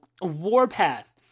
Warpath